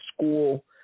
school